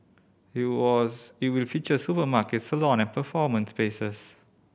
it was it will feature a supermarket salon and performance spaces